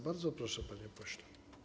Bardzo proszę, panie pośle.